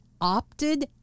opted